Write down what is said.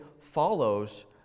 follows